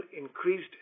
increased